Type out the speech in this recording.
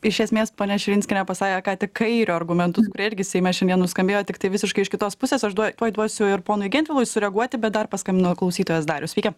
iš esmės ponia širinskienė pasakė ką tik kairio argumentus kurie irgi seime šiandien nuskambėjo tiktai visiškai iš kitos pusės aš duoj tuoj duosiu ir ponui gentvilui sureaguoti bet dar paskambino klausytojas darius sveiki